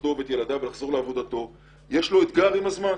למשפחתו ולעבודתו יש לו אתגר עם הזמן.